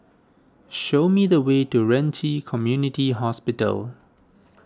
show me the way to Ren Ci Community Hospital